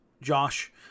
Josh